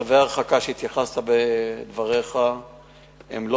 צווי ההרחקה שהתייחסת אליהם בדבריך הם לא